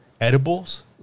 edibles